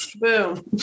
Boom